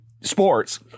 sports